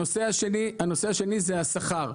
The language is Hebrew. נושא נוסף הוא השכר.